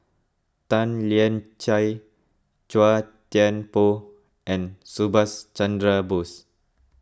Tan Lian Chye Chua Thian Poh and Subhas Chandra Bose